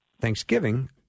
Thanksgiving